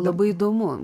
labai įdomu